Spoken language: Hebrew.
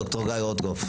ד"ר גיא רוטקופף,